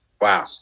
Wow